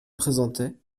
présentait